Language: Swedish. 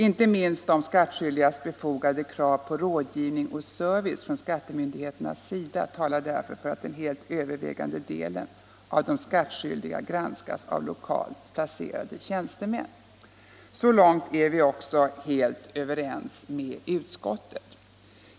Inte minst de skattskyldigas befogade krav på rådgivning och service från skattemyndigheternas sida talar därför för att den helt övervägande delen av de skattskyldiga granskas av lokalt placerade tjänstemän, heter det vidare i utskottsbetänkandet. Så långt är vi också helt överens med utskottet.